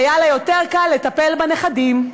היה לה יותר קל לטפל בנכדים.